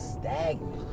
stagnant